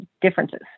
differences